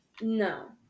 No